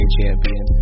champion